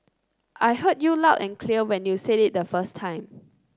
I heard you loud and clear when you said it the first time